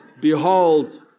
Behold